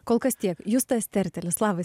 kol kas tiek justas tertelis labas